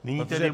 Nyní tedy